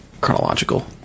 chronological